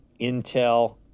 Intel